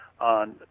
on